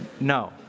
no